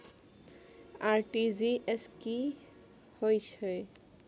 RTG S की है छै?